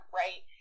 right